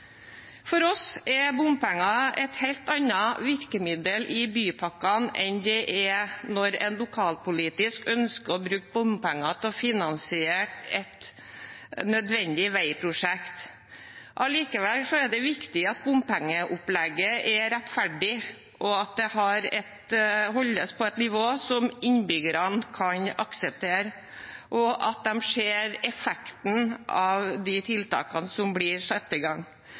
For oss er bompenger et helt annet virkemiddel i bypakkene når en lokalpolitisk ønsker å bruke bompenger til å finansiere et nødvendig veiprosjekt. Allikevel er det viktig at bompengeopplegget er rettferdig, og at det holdes på et nivå som innbyggerne kan akseptere, og at de ser effekten av de tiltakene som blir satt i gang.